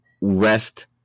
rest